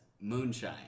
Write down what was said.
moonshine